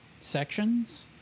sections